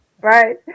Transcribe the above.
Right